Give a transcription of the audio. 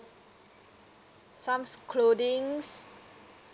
somes clothings